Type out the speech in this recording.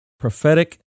Prophetic